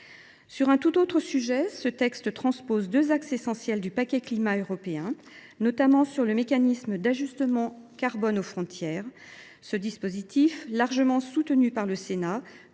discutables. Ensuite, ce texte transpose deux dispositions essentielles du paquet Climat européen, notamment le mécanisme d’ajustement carbone aux frontières. Ce dispositif, largement soutenu par le Sénat,